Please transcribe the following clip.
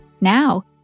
Now